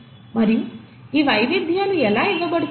మరియు ఈ వైవిధ్యాలు ఎలా ఇవ్వబడుతున్నాయి